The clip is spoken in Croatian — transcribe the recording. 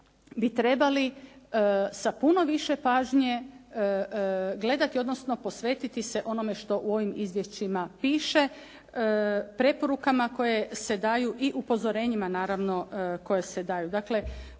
bi trebali sa puno više pažnje gledati, odnosno posvetiti se onome što u ovim izvješćima piše preporukama koje se daju i upozorenjima naravno koje se daju.